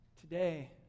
Today